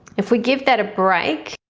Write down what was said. if we give that a break.